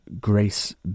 grace